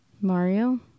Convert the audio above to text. Mario